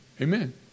Amen